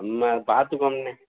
நம்ம பார்த்துக்குவோம்ண்ணே